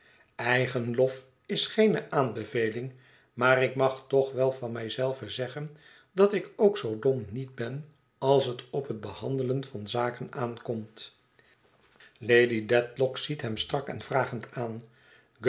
eigen lof is geene aanbeveling maar ik mag toch wel van mij zelven zeggen dat ik ook zoo dom niet ben als hét op het behandelen van zaken aankomt lady dedlock ziet hem strak en vragend aan